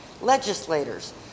legislators